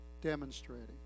demonstrating